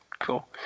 Cool